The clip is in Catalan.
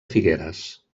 figueres